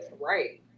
Right